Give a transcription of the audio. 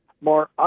More